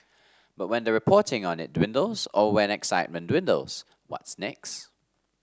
but when the reporting on it dwindles or when excitement dwindles what's next